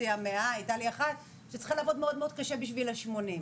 מוציאה 100. הייתה לי אחת שצריכה לעבוד מאוד קשה בשביל ה-80.